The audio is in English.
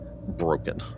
broken